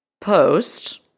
post